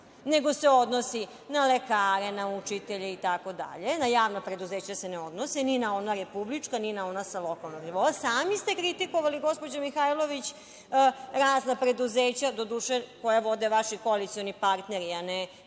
nego se odnosi na lekare, na učitelje i tako dalje. Na javna preduzeća se ne odnosi ni na ona republička, ni na ona na lokalnom nivou. Sami ste kritikovali gospođi Mihajlović razna preduzeća, doduše koje vode vaši koalicioni partneri, a ne